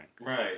Right